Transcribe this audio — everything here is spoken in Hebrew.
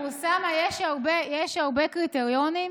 יש הרבה קריטריונים,